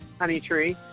Honeytree